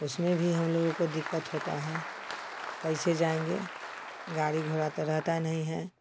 उसमें भी हम लोगो को दिक्कत होता है कैसे जाएँगे गाड़ी घोड़ा तो रहता नहीं है